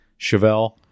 Chevelle